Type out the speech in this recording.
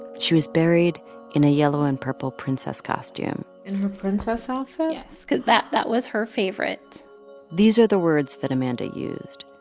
she was buried in a yellow and purple princess costume in her princess outfit? yes cause that that was her favorite these are the words that amanda used.